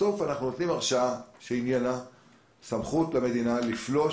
בסוף אנחנו נותנים הרשאה עניינה סמכות למדינה לפלוש